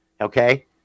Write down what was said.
okay